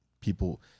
people